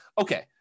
okay